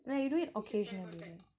no you do it occasionally